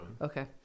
Okay